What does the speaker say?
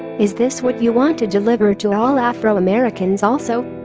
is this what you want to deliver to all afro americans also?